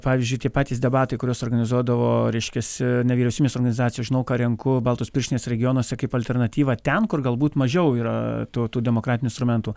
pavyzdžiui tie patys debatai kuriuos organizuodavo reiškiasi nevyriausybinės organizacijos žinau ką renku baltos pirštinės regionuose kaip alternatyva ten kur galbūt mažiau yra tų tų demokratinių instrumentų